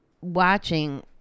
watching